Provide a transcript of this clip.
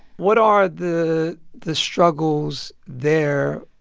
what are the the struggles there,